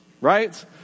right